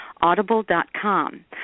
Audible.com